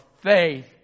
faith